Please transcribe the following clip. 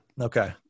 Okay